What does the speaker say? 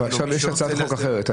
עכשיו יש הצעת חוק אחרת.